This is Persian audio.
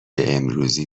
امروزی